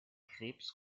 krebs